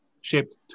shaped